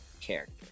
character